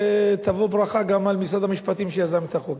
ותבוא ברכה גם על משרד המשפטים שיזם את החוק.